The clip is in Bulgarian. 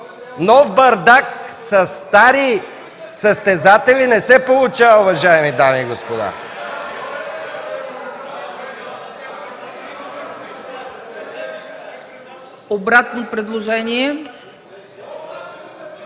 Нов бардак със стари състезатели не се получава, уважаеми дами и господа. (Народният